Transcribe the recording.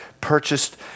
purchased